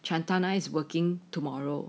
chantana is working tomorrow